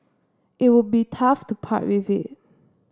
it would be tough to part with it